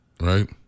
right